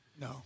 No